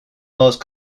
most